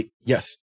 yes